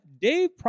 Dave